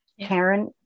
Karen